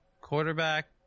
quarterback